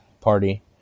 party